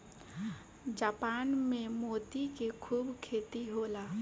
Japan में मोती के खूब खेती होला